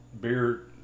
beer